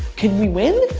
can we win?